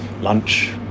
lunch